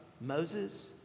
Moses